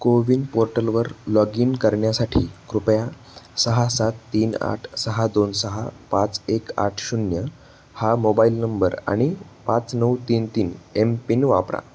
को विन पोर्टलवर log in करण्यासाठी कृपया सहा सात तीन आठ सहा दोन सहा पाच एक आठ शून्य हा मोबाईल नंबर आणि पाच नऊ तीन तीन एम पिन वापरा